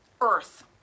earth